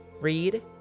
read